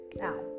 now